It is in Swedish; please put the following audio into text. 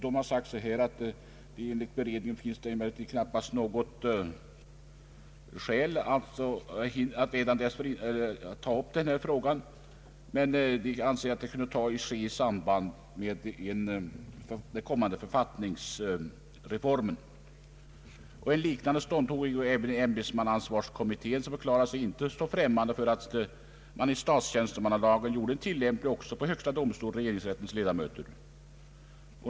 Den har sagt att det enligt beredningen knappast finns något skäl att ta upp denna fråga nu, men den anser att det kunde ske i samband med den kommande författningsreformen. En liknande ståndpunkt intog även ämbetsmannaansvarskommittén som förklarat sig inte stå främmande för att man gjorde statstjänstemannalagen tillämplig för högsta domstolens och regeringsrättens ledamöter.